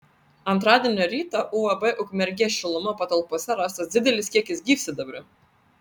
antradienio rytą uab ukmergės šiluma patalpose rastas didelis kiekis gyvsidabrio